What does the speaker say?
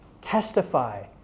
Testify